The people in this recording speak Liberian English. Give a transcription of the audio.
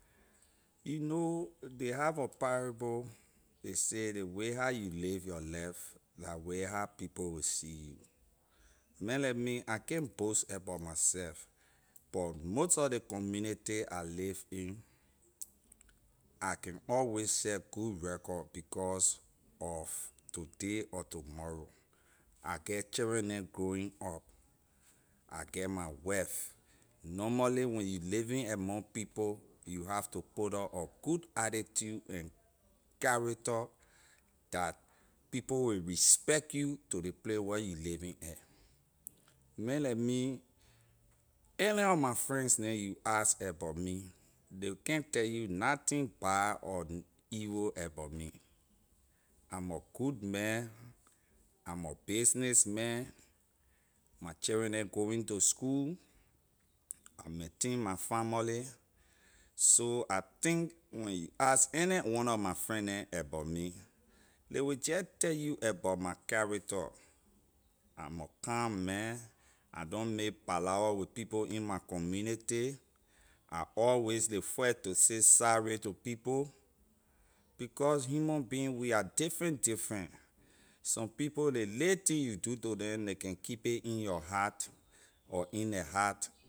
You know ley have a parable ley say ley way how you live your life la way how people will see you man like me I can’t boast abor myself but most sor ley community I live in I can always set good record because of today or tomorrow I get children neh growing up I get my wife normally when you living among people you have to put up a good attitude and character that people will respect you to ley play where you living air man like me any of my friends neh you ask abor me ley can’t tell you nothing bad or evil abor me i’m a good man i’m a business man my children neh going to school I maintain my famorly so I think when you ask anyone nor my friend neh abor me ley jeh tell you about my character i’m a kind man I don’t may palava with people in my community I always ley first to say sorry to people because human being we are different different so people ley lay thing you do to neh ley keep it in your heart or in ley heart.